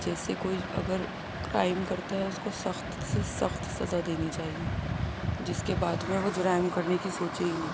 جیسے کوئی اگر کرائم کرتا ہے اس کو سخت سے سخت سزا دینی چاہیے جس کے بعد وہ جرائم کرنے کی سوچے ہی نا